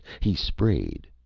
he sprayed.